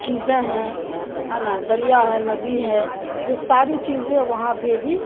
چیزیں ہیں ہے نا دریا ہے ندی ہے یہ ساری چیزیں وہاں پہ بھی